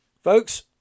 Folks